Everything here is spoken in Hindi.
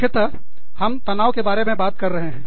मुख्यतः हम तनाव के बारे में बात कर रहे हैं